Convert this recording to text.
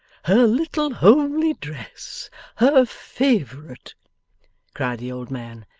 her little homely dress her favourite cried the old man,